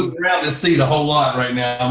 ah rather see the whole lot right now.